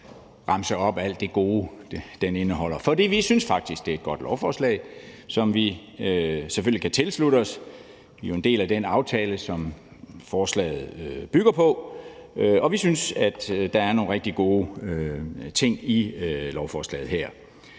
remse op alt det gode, det indeholder. For vi synes faktisk, det er et godt lovforslag, som vi selvfølgelig kan tilslutte os. Vi er jo en del af den aftale, som forslaget bygger på, og vi synes, der er nogle rigtig gode ting i lovforslaget her.